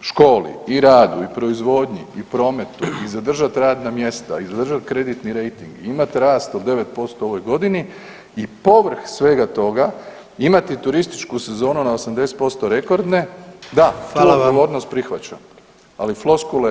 školi, i radu i proizvodnji i prometu i zadržat radna mjesta, izdržat kreditni rejting, imat rast od 9% u ovoj godini i povrh svega toga imati turističku sezonu na 80% rekordne, da [[Upadica: Hvala vam]] tu odgovornost prihvaćam, ali floskule